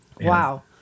Wow